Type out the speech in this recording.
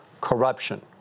corruption